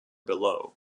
below